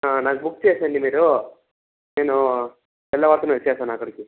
నాది బుక్ చేయండి మీరు నేను తెల్లవారి వస్తాను అక్కడికి